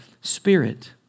Spirit